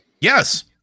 Yes